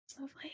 Lovely